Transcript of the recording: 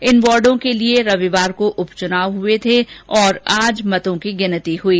इन वार्डो के लिए रविवार को उपचुनाव हुए थे और आज मतगणना हुई